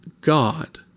God